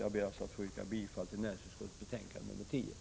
Jag yrkar alltså bifall till näringsutskottets hemställan i betänkande 10.